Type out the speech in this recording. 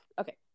okay